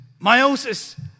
meiosis